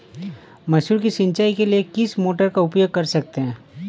मसूर की सिंचाई के लिए किस मोटर का उपयोग कर सकते हैं?